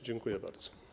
Dziękuję bardzo.